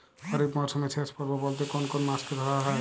খরিপ মরসুমের শেষ পর্ব বলতে কোন কোন মাস কে ধরা হয়?